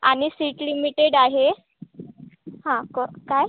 आणि seat limited आहे हा क काय